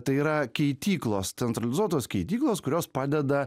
tai yra keityklos centralizuotos keityklos kurios padeda